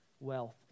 Wealth